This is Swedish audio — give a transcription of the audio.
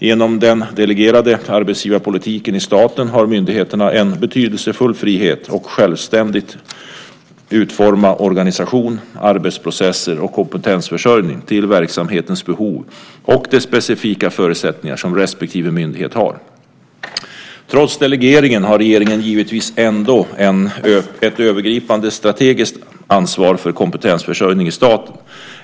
Genom den delegerade arbetsgivarpolitiken i staten har myndigheterna en betydelsefull frihet att självständigt utforma organisation, arbetsprocesser och kompetensförsörjning till verksamhetens behov och de specifika förutsättningar som respektive myndighet har. Trots delegeringen har regeringen givetvis ett övergripande strategiskt ansvar för kompetensförsörjningen i staten.